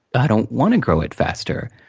i don't wanna grow it faster.